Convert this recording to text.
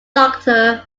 doctor